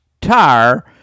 Tire